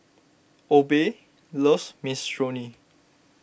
Obe loves Minestrone